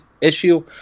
issue